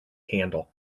candle